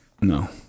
No